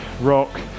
rock